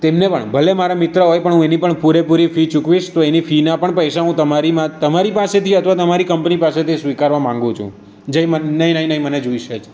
તેમને પણ ભલે મારા મિત્ર હોય પણ હું એની પણ પૂરેપૂરી ફી ચૂકવીશ તો એની ફીના પણ પૈસા હું તમારીમા તમારી પાસેથી અથવા તમારી કંપની પાસેથી સ્વીકારવા માંગું છું જે મને નહીં નહીં નહીં મને જોઈશે જ